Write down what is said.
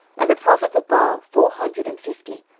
and the prophets of baal four hundred and fifty,